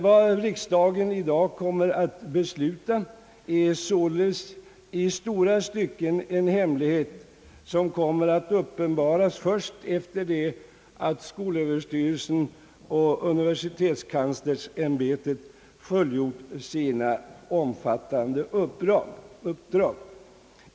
Vad riksdagen i dag kommer att besluta är således i långa stycken en hemlighet, som kommer att uppenbaras först efter det att skolöverstyrelsen och universitetskanslersämbetet fullgjort sina omfattande uppdrag.